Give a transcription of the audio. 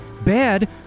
bad